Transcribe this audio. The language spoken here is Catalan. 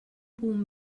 punt